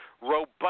robust